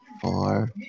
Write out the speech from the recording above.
four